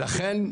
על כן,